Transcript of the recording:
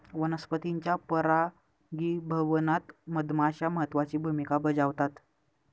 वनस्पतींच्या परागीभवनात मधमाश्या महत्त्वाची भूमिका बजावतात